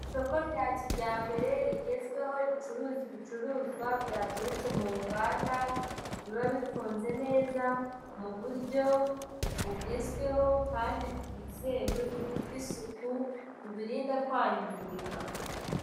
Isoko rya kijyambere rigezweho ricuruza ibicuruzwa byaturutse mu nganda biba bifunze neza mu buryo bugezweho kandi bwizewe bufite isuku bibirinda kwangirika.